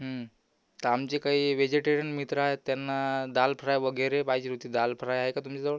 तर आमचे काही वेजेटेरियन मित्र आहेत त्यांना दाल फ्राय वगेरे पाहिजे होती दाल फ्राय आहे का तुमच्याजवळ